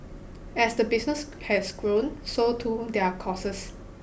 as the business has grown so too their costs